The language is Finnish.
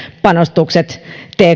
panostukset